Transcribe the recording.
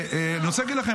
אני רוצה להגיד לכם,